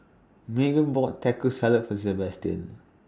Magen bought Taco Salad For Sabastian